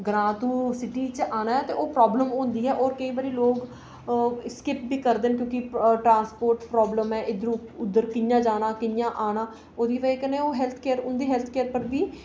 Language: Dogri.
अगर तुसें ग्रांऽ तो सिटी आना ऐ ते ओह् प्रॉब्लम होंदी ऐ ते केईं बारी लोक स्किप बी करदे न क्योंकि ट्रांसपोर्ट प्रॉब्लम ऐ लोक उद्धर कि'यां जाना कियां आना ओह्दी बजह कन्नै ओह् उंदी हैल्थ केयर पर बी